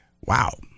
Wow